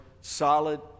solid